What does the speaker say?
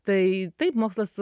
tai taip mokslas